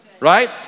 Right